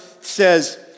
says